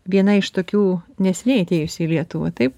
viena iš tokių neseniai atėjusi į lietuvą taip